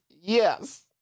yes